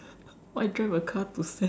why drive a car to sand